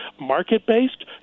market-based